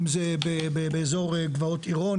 אם זה באזור גבעות עירון,